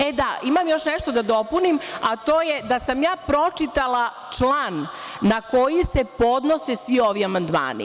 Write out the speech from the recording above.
E, da imam još nešto da dopunim, a to je da sam ja pročitala član na koji se podnose svi ovi amandmani.